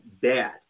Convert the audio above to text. bad